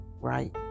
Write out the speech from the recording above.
right